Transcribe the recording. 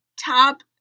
top